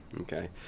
Okay